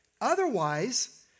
Otherwise